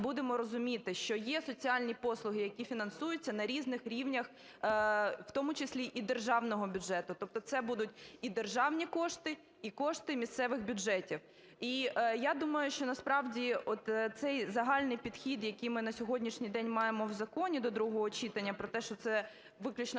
будемо розуміти, що є соціальні послуги, які фінансуються на різних рівнях, в тому числі і з державного бюджету. Тобто це будуть і державні кошти, і кошти місцевих бюджетів. І я думаю, що насправді от цей загальний підхід, який ми на сьогоднішній день маємо в законі до другого читання, про те, що це виключно